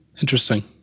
Interesting